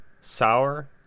sour